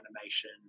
animation